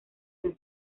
del